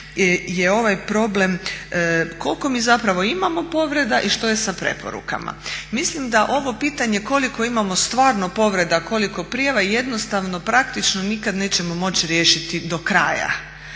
je ovaj problem koliko mi zapravo imamo povreda i što je sa preporukama. Mislim da ovo pitanje koliko imamo stvarno povreda, koliko prijava, jednostavno praktično nikad nećemo moći riješiti do kraja.